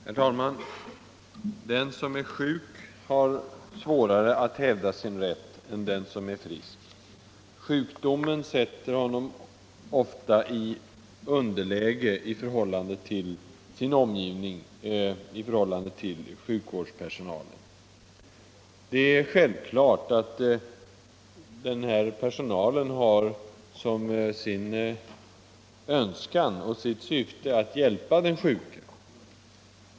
Herr talman! Den som är sjuk har svårare att hävda sin rätt än den som är frisk. Sjukdomen sätter honom ofta i underläge i förhållande till sin omgivning, bl.a. till sjukvårdspersonalen. Det är självklart att denna personal har en önskan och ett syfte att hjälpa den sjuke.